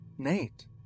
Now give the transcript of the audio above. nate